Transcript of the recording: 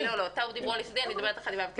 טאוב דיברו על יסודי, אני מדברת על חטיבה ותיכון.